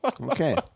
Okay